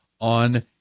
on